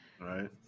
right